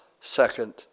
second